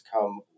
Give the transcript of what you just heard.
come